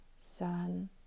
sun